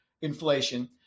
inflation